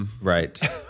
Right